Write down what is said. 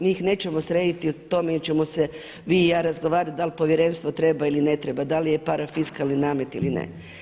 Njih nećemo srediti u tome jer ćemo se vi i ja razgovarati da li povjerenstvo treba ili ne treba, da li je parafiskalni namet ili ne.